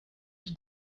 did